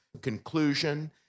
conclusion